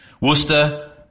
Worcester